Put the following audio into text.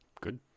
Good